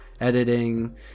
editing